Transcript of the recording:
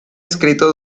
escrito